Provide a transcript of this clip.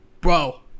bro